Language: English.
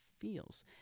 feels